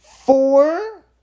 four